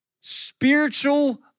spiritual